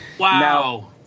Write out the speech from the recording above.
Wow